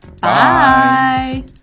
bye